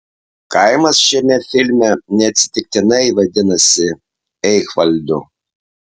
kaimas šiame filme neatsitiktinai vadinasi eichvaldu